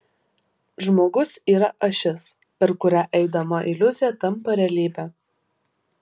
žmogus yra ašis per kurią eidama iliuzija tampa realybe